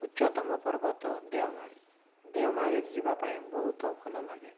ଉଚ୍ଚତମ ପର୍ବତ ଦେଓମାଳି ଦେଓମାଳିରେ ଯିବା ପାଇଁ ବହୁତ ଭଲଲାଗେ